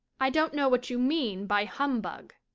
i don't know what you mean by humbug?